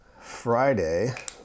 Friday